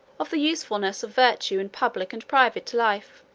of the usefulness of virtue in public and private life.